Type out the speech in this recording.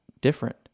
different